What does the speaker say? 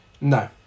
No